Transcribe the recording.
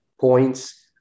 points